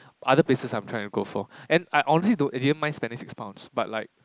other places I'm trying to go for and I honestly don't didn't mind spending six pounds but like